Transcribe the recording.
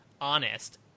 Honest